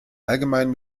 allgemeinen